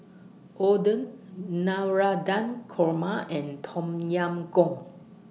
Oden Navratan Korma and Tom Yam Goong